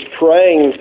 praying